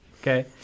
Okay